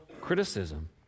criticism